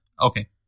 okay